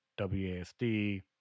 WASD